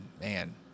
Man